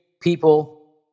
people